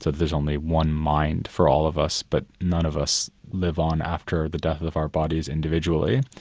there's only one mind for all of us, but none of us live on after the death of of our bodies individually.